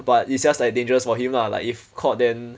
but it's just like dangerous for him lah like if caught then